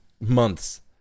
Months